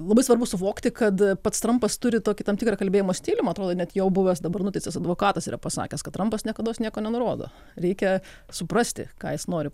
labai svarbu suvokti kad pats trampas turi tokį tam tikrą kalbėjimo stilių man atrodo net jo buvęs dabar nuteistas advokatas yra pasakęs kad trampas niekados nieko nenurodo reikia suprasti ką jis nori